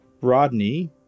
Rodney